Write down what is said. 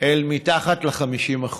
אל מתחת ל-50%.